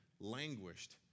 languished